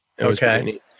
okay